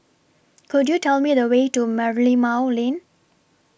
Could YOU Tell Me The Way to Merlimau Lane